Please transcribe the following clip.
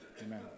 Amen